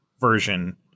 version